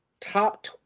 top